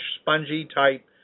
spongy-type